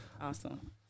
Awesome